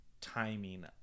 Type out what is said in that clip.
timing